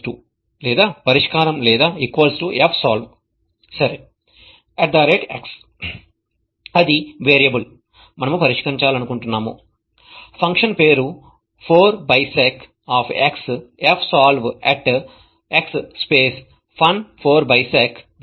fxSolలేదా పరిష్కారం లేదా fsolve సరే x అది వేరియబుల్ మనము పరిష్కరించాలనుకుంటున్నాము ఫంక్షన్ పేరు 4bisec fsolve x space fun4bisec బ్రాకెట్లలో x